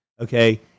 Okay